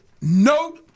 no